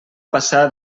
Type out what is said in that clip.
passar